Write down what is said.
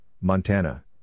Montana